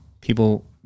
people